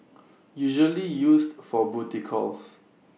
usually used for booty calls